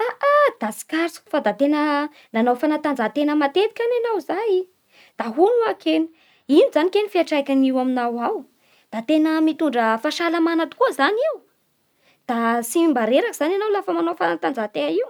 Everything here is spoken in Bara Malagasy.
Ha ah, da tsikaritro fa da tena nanao fanatanjaha-tena matetiky any enao zay Da hono oa kegny, ino zagny kegny fiantraikany aminao ao? Da tena mitondra bfahasalamana tokoa zany io? Da tsy mab reraky zany enao lafa manao fanatanjaha-tena io?